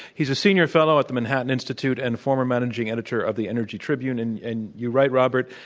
he's a senior fellow at the manhattan institute and former managing editor of the energy tribune and and you write, robert,